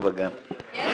באמת